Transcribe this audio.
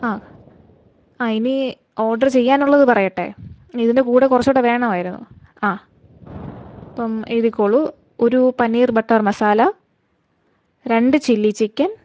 ആ ആ ഇനി ഓര്ഡറ് ചെയ്യാനുള്ളത് പറയട്ടെ ഇതിന്റെ കൂടെ കുറച്ചു കൂടെ വേണമായിരുന്നു ആ അപ്പം എഴുതിക്കോളൂ ഒരു പനീര് ബട്ടര് മസാല രണ്ട് ചില്ലി ചിക്കന്